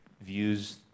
views